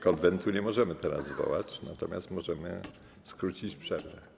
Konwentu nie możemy teraz zwołać, natomiast możemy skrócić przerwę.